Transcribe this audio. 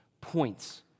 points